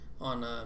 on